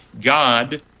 God